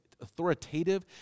authoritative